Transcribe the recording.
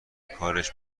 کارش